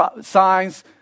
signs